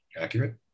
accurate